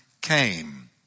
came